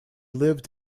lived